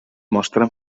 mostren